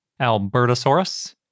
Albertosaurus